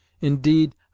Indeed